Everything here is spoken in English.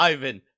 Ivan